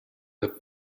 the